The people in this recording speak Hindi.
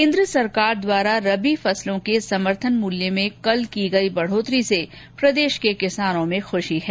केन्द्र सरकार द्वारा रबी फसलों के समर्थन मूल्य में कल की गई बढ़ोतरी से प्रदेश के किसानों में खुशी है